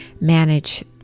manage